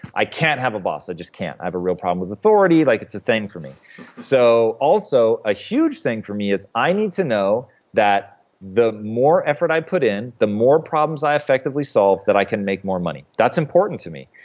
i can't have a boss. i just can't. i have a real problem with authority. like it's a thing for me so also, a huge thing for me is, i need to know that the more effort i put in, the more problems i effectively solve, that i can make more money. that's important to me.